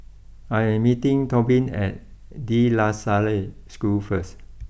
I am meeting Tobin at De La Salle School first